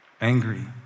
angry